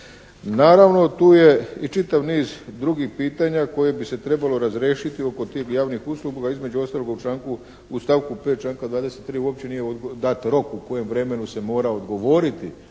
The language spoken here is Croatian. Naravno tu je i čitav niz drugih pitanja koje bi se trebalo razriješiti oko tih javnih usluga. Između ostaloga u članku, stavku 5. članka 23. uopće nije dat rok u kojem vremenu se mora odgovoriti